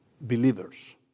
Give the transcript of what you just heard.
believers